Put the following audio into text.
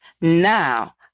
now